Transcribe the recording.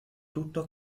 tutto